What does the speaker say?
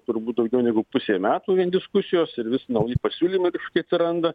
turbūt daugiau negu pusė metų vien diskusijos ir vis nauji pasiūlymai kažkokie atsiranda